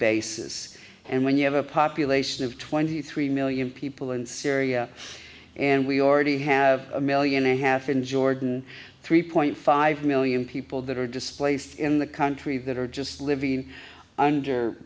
basis and when you have a population of twenty three million people in syria and we already have a million a half in jordan three point five million people that are displaced in the country that are just living under